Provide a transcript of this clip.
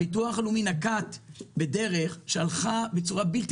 הביטוח הלאומי נקט בדרך שהלכה בצורה בלתי